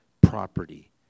property